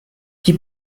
die